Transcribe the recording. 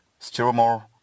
Stillmore